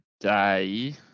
day